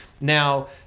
Now